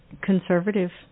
conservative